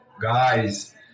guys